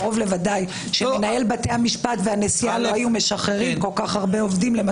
קרוב לוודאי שמנהל בתי המשפט והנשיאה לא היו משחררים כל כך הרבה עובדים.